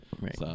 right